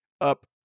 up